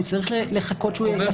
אני צריך לחכות שהוא ינסח,